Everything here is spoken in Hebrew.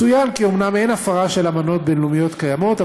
צוין כי אומנם אין הפרה של אמנות בין-לאומיות קיימות,